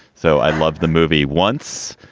so i love the movie once.